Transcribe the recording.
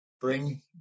bring